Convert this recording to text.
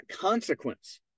consequence